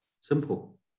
Simple